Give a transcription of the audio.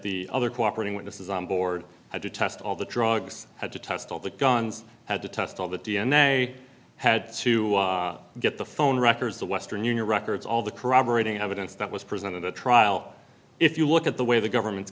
the other cooperating witnesses on board had to test all the drugs had to test all the guns had to test all the d n a had to get the phone records the western union records all the corroborating evidence that was present in the trial if you look at the way the government's